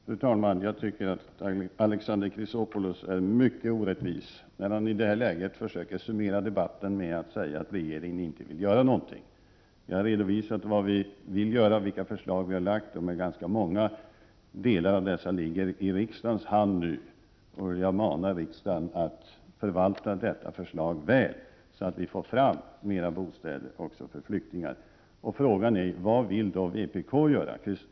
Fru talman! Jag tycker att Alexander Chrisopoulos är mycket orättvis när han i detta läge försöker summera debatten genom att säga att regeringen inte vill göra något. Jag har redovisat vilka förslag vi har lagt, och de är ganska många. Delar av dessa förslag ligger nu på riksdagens bord. Jag manar riksdagen att förvalta dessa förslag väl, så att vi får fram flera bostäder även för flyktingar. Frågan är då vad vpk vill göra.